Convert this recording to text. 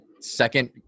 second